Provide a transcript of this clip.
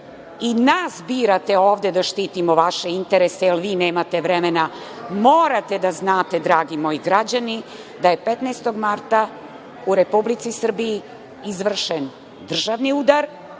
i nas birate ovde da štitimo vaše interese, jel vi nemate vremena, morate da znate dragi moji građani da je 15. marta u Republici Srbiji izvršen državni udar,